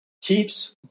keeps